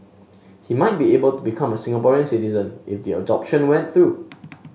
he might be able to become a Singapore citizen if the adoption went through